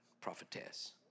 prophetess